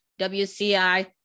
WCI